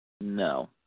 no